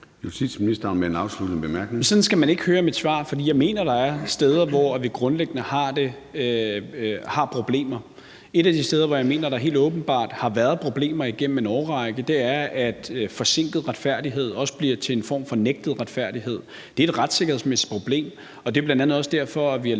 Sådan skal man ikke høre mit svar. For jeg mener, at der er steder, hvor vi grundlæggende har problemer. Et af de steder, hvor jeg mener at der helt åbenbart har været problemer igennem en årrække, er, at forsinket retfærdighed også bliver til en form for nægtet retfærdighed. Det er et retssikkerhedsmæssigt problem, og det er bl.a. også derfor, at vi har